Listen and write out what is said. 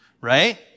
right